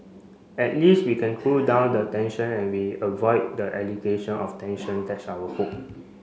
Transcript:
at least we can cool down the tension and we avoid the allegation of tension that's our hope